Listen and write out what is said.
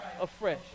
afresh